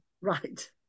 Right